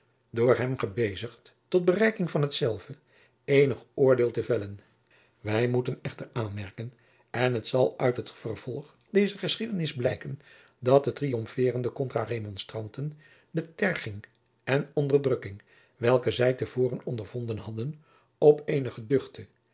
door hem gebezigd tot bereiking van hetzelve eenig oordeel te vellen wij moeten echter aanmerken en het zal uit het vervolg dezer geschiedenis blijken dat de triomfeerende contra-remonstranten de terging en onderdrukking welke zij te voren ondervonden hadden op eene geduchte